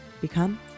become